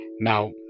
Now